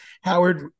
Howard